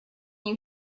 you